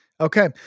Okay